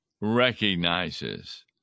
recognizes